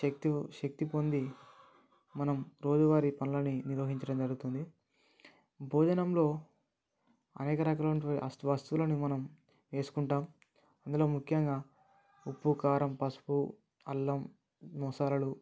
శక్తి శక్తి పొంది మనం రోజువారీ పనులని నిర్వహించడం జరుగుతుంది భోజనంలో అనేక రకాలైనటువంటి వస్తువులను మనం వేసుకుంటాం అందులో ముఖ్యంగా ఉప్పు కారం పసుపు అల్లం మసాలాలు